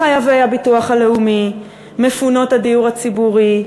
מחייבי הביטוח הלאומי, מפונות הדיור הציבורי,